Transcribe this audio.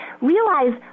realize